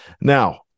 Now